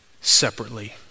separately